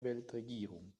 weltregierung